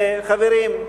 חברים,